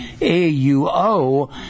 A-U-O